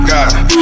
God